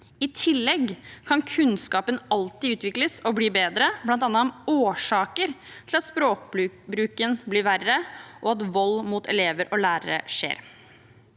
I tillegg kan kunnskapen alltid utvikles og bli bedre, bl.a. om årsaker til at språkbruken blir verre, og at vold mot elever og lærere skjer.